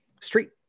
street